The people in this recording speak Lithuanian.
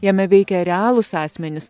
jame veikia realūs asmenys